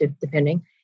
depending